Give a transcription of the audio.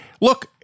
look